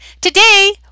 Today